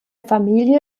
familie